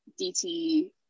DT